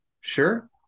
sure